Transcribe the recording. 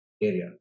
area